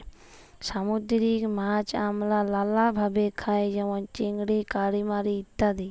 সামুদ্দিরিক মাছ আমরা লালাভাবে খাই যেমল চিংড়ি, কালিমারি ইত্যাদি